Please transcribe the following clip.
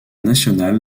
national